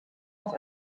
auch